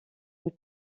une